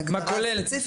ההגדרה הספציפית,